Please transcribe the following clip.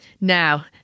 Now